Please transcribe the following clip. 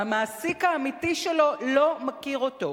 והמעסיק האמיתי שלו לא מכיר אותו,